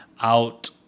out